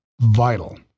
vital